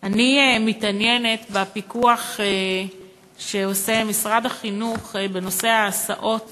אני מתעניינת בפיקוח של משרד החינוך בנושא ההסעות